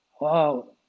Wow